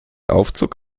aufzug